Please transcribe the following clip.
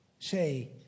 say